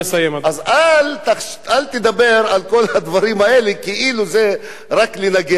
אז אל תדבר על כל הדברים האלו כאילו זה רק לנגח מישהו.